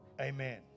Amen